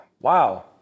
Wow